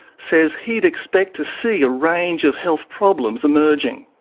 says he'd expect to see a range of health problems emerging.